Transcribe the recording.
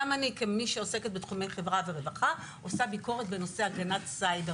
גם אני כמי שעוסקת בתחומי חברה ורווחה עושה ביקורת בנושאי הבטחת סייבר